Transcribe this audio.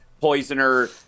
poisoner